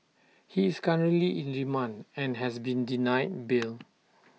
he is currently in remand and has been denied bail